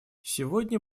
сегодня